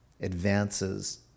advances